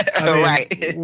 Right